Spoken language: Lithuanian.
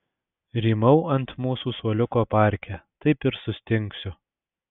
rymau ant mūsų suoliuko parke taip ir sustingsiu